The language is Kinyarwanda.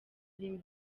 rimwe